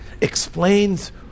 explains